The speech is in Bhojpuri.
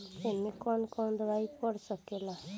ए में कौन कौन दवाई पढ़ सके ला?